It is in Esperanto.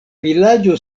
vilaĝo